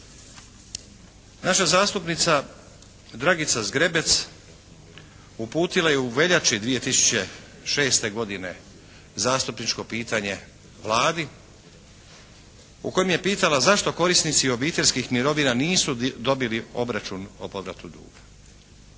Naša zastupnica Dragica Zgrebec uputila je u veljači 2006. godine zastupničko pitanje Vladi u kojem je pitala, zašto korisnici obiteljskih mirovina nisu dobili obračun o povratu duga?